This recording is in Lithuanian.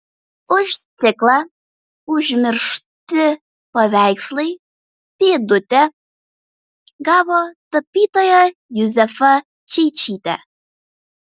už ciklą užmiršti paveikslai pėdutę gavo tapytoja juzefa čeičytė